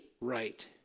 right